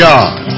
God